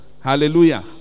Hallelujah